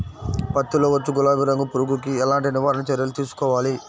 పత్తిలో వచ్చు గులాబీ రంగు పురుగుకి ఎలాంటి నివారణ చర్యలు తీసుకోవాలి?